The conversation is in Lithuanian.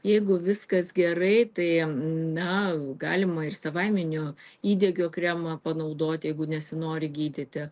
jeigu viskas gerai tai na galima ir savaiminio įdegio kremą panaudot jeigu nesinori gydyti